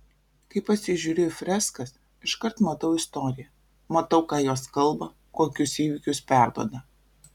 kai pasižiūriu į freskas iškart matau istoriją matau ką jos kalba kokius įvykius perduoda